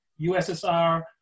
USSR